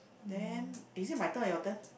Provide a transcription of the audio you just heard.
then is it my turn or your turn